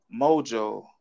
mojo